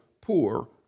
poor